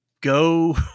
go